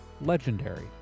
Legendary